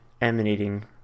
emanating